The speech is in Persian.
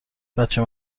بچه